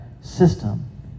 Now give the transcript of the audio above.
system